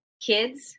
kids